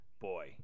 boy